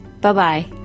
Bye-bye